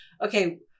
okay